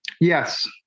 Yes